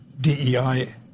DEI